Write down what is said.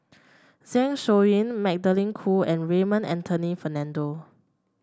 Zeng Shouyin Magdalene Khoo and Raymond Anthony Fernando